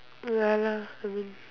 ya lah